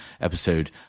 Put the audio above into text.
episode